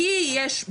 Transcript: כי יש,